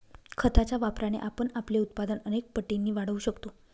खताच्या वापराने आपण आपले उत्पादन अनेक पटींनी वाढवू शकतो